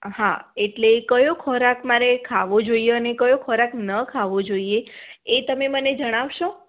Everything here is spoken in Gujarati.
હા એટલે કયો ખોરાક મારે ખાવો જોઈએ અને કયો ખોરાક ન ખાવો જોઈએ એ તમે મને જણાવશો